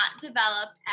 develop